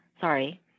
Sorry